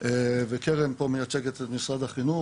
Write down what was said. וקרן מייצגת את משרד החינוך,